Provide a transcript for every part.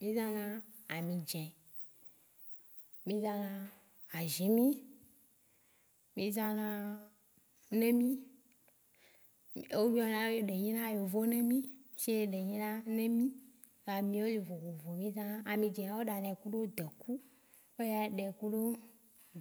Mí zã na amidzɛ, mí zã na azĩmí, mí zã na nɛ mí, o yɔna eɖe nyina yovo nɛ mí, se ebe nyina nɛ mí. Ami wo le vovovo mí zã na. Amidzɛa o ɖanɛ kuɖo deku, ne oya ɖɛ kuɖo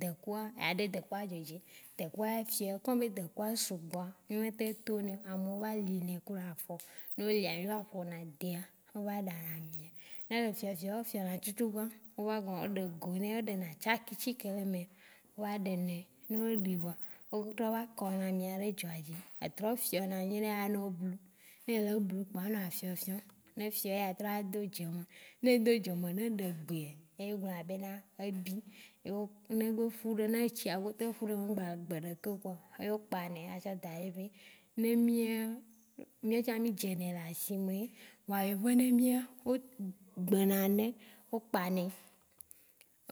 dekua, eya ɖe dekua dzo dzi, dekua ya fiɔ, comme be dekua sugbɔa mí ma te to nɛ, ameo v li nɛ kuɖo afɔ. No lia mí v po na dea o va ɖ na amia. Ne ele fiɔfiɔ o fiɔ na tutu gba o va ɖe ko nɛ o ɖe tsakitsi ke le emea, o va ɖe nɛ. Ne o ɖe vɔa, o trɔ na va kɔna ami ɖe dzoa dzi a trɔ fiɔ na nyuiɖe a nɔ blu, n ele blu kpɔa a nɔ fiɔfiɔ. Ne efiɔ eya a trɔ ɖe dze me. Ne eɖe gbea, e mí gblɔna be na ebi. Ewo- ne egbe ƒu ɖe ne etsia gbe te ƒu ɖe me ŋgba gbe ɖeke kpɔ. E o kpanɛ a tsɔ daɖe be ne emiã mía tsã mí dze nɛ le asime ye, vɔa yovo nɛ mí ya o gba na nɛ, o kpanɛ,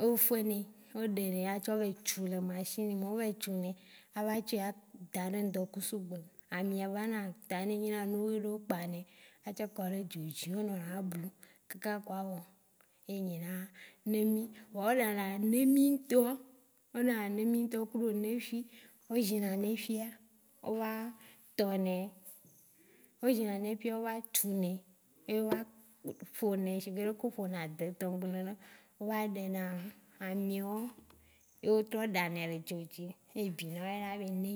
o fue nɛ o ɖe nɛ ya tsɔ va yi tsu le machine me. O vɛ tsunɛ a v tsɔe a v daɖe ŋdɔkusu ƒe. Amia va na ta nye na enue ɖo kpanɛ a tsɔ kɔɖe dzo dzi, onɔna eblu kaka kpɔa evɔ eyne na nɛ mí. Vɔa o ɖana nɛ mí ŋtɔ. o ɖana nɛ mí ŋtɔ kuɖo nɛ ƒui. O zina nɛƒuia, o va tɔnɛ, o zina nɛƒuia o va tsu nɛ, ye o va ƒonɛ shigbe leke o ƒo nɛ adetɔ̃gble ne. O va ɖe na ami wã e o trɔ ɖanɛ le dzo dzi e o yɔna be nɛ mí.